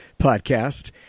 podcast